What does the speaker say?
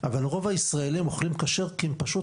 אבל רוב הישראלים אוכלים כשר כי הם פשוט